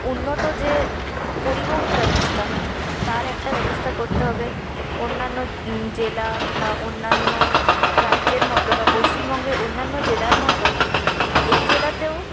উন্নত যে পরিবহন ব্যবস্থা তার একটা ব্যবস্থা করতে হবে অন্যান্য জেলা বা অন্যান্য রাজ্যের মতো বা পশ্চিমবঙ্গের অন্যান্য জেলার মতো এই জেলাতেও